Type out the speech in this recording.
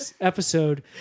episode